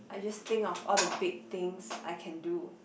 I just think of the big things I can do